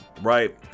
right